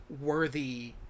worthy